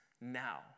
now